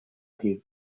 view